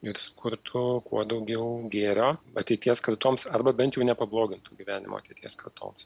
ir sukurtų kuo daugiau gėrio ateities kartoms arba bent jau nepablogintų gyvenimo ateities kartoms